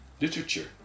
literature